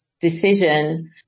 decision